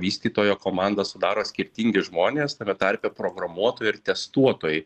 vystytojo komandą sudaro skirtingi žmonės tame tarpe programuotojai ir testuotojai